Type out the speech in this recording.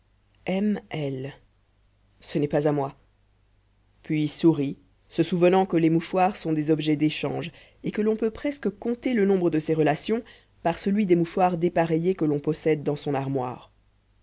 m l ce n'est pas à moi puis sourit se souvenant que les mouchoirs sont des objets d'échange et que l'on peut presque compter le nombre de ses relations par celui des mouchoirs dépareillés que l'on possède dans son armoire